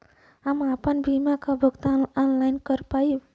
हम आपन बीमा क भुगतान ऑनलाइन कर पाईब?